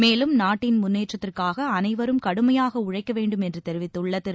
மேலும் நாட்டின் முன்னேற்றத்திற்காக அனைவரும் கடுமையாக உழைக்க வேண்டும் என்று தெரிவித்துள்ள திரு